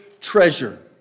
treasure